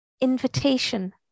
invitation